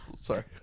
sorry